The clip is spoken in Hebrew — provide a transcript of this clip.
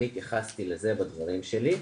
אני התייחסתי לזה בדברים שלי,